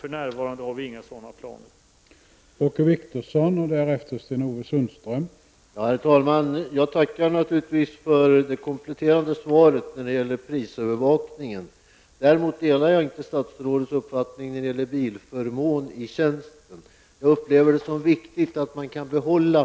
För närvarande har vi inga planer på en sådan omprövning.